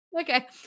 Okay